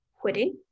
quitting